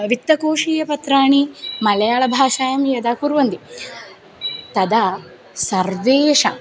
वित्तकोषीयपत्राणि मलयाळभाषायां यदा कुर्वन्ति तदा सर्वेषाम्